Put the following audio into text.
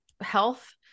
health